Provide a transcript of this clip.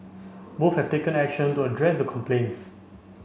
both have taken action to address the complaints